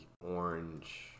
orange